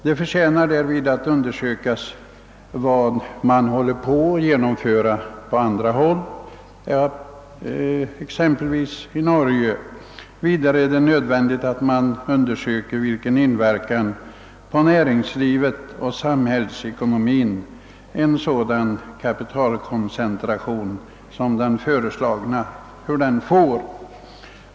Det förtjänar därvid undersökas hur man förfar på andra håll, exempelvis i Norge. Vidare är det nödvändigt att undersöka vilken inverkan på näringslivet och samhällsekonomin som en kapitalkoncentration sådan som den föreslagna har.